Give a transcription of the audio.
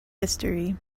history